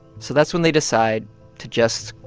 so that's when they decide to just.